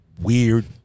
weird